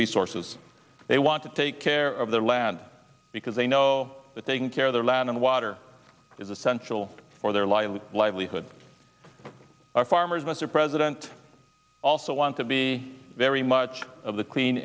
resources they want to take care of their land because they know that taking care of their land and water is essential for their lively livelihood our farmers mr president also want to be very much of the clean